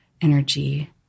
energy